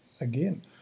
again